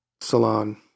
salon